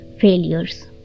failures